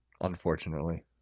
Unfortunately